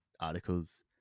articles